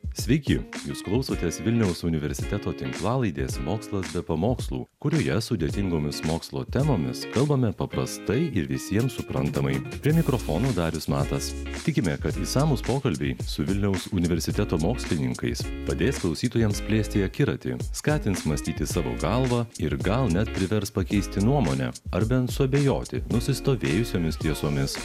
sveiki jūs klausotės vilniaus universiteto tinklalaidės mokslas be pamokslų kurioje sudėtingomis mokslo temomis kalbame paprastai ir visiems suprantamai prie mikrofono darius matas tikime kad išsamūs pokalbiai su vilniaus universiteto mokslininkais padės klausytojams plėsti akiratį skatins mąstyti savo galva ir gal net privers pakeisti nuomonę ar bent suabejoti nusistovėjusiomis tiesomis